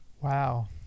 Wow